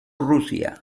rusia